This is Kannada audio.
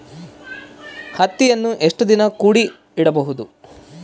ಹತ್ತಿಯನ್ನು ಎಷ್ಟು ದಿನ ಕೂಡಿ ಇಡಬಹುದು?